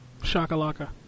Shakalaka